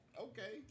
okay